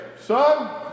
Son